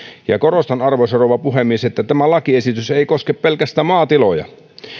korostan arvoisa rouva puhemies että tämä lakiesitys ei koske pelkästään maatiloja